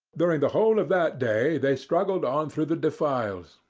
during the whole of that day they struggled on through the defiles,